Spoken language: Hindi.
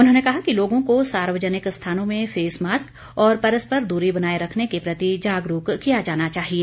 उन्होंने कहा कि लोगों को सार्वजनिक स्थानों में फेस मास्क और परस्पर दूरी बनाए रखने के प्रति जागरूक किया जाना चाहिए